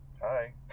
Hi